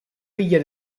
figlia